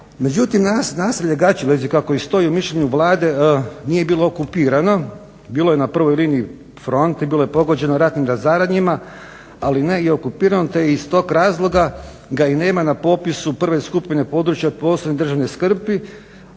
Međutim naselje Gaćelezi kako i stoji u mišljenju Vlade nije bilo okupirano, bilo je na prvoj liniji fronte i bilo je pogođeno ratnim razaranjima ali ne i okupirano te iz tog razloga ga i nema na popisu prve skupine područja od posebne državne skrbi,